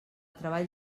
treball